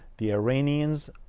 the iranians,